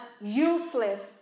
useless